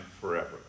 Forever